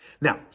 Now